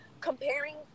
comparing